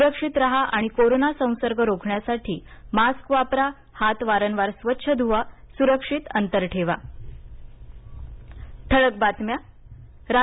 सुरक्षित राहा आणि कोरोंना संसर्ग रोखण्यासाठी मास्क वापरा हात वारंवार स्वच्छ ध्वा आणि सुरक्षित अंतर राखा